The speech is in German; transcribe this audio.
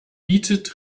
bietet